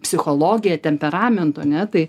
psichologija temperamentu ane tai